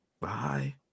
bye